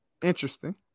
Interesting